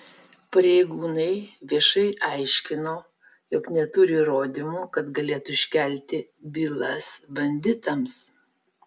pareigūnai viešai aiškino jog neturi įrodymų kad galėtų iškelti bylas banditams